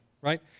right